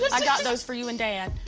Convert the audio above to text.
i got those for you and dad.